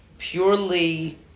Purely